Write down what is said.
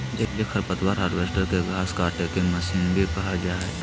जलीय खरपतवार हार्वेस्टर, के घास काटेके मशीन भी कहल जा हई